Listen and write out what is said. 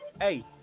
Hey